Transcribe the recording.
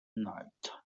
night